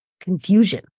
confusion